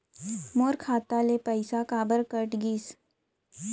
मोर खाता ले पइसा काबर कट गिस?